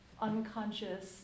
unconscious